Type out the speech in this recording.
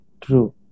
True